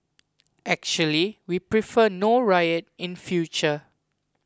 actually we prefer no riot in future